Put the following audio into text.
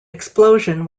explosion